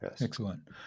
Excellent